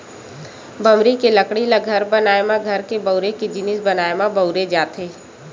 बमरी के लकड़ी ल घर बनाए म, घर के बउरे के जिनिस बनाए म बउरे जाथे